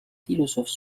philosophe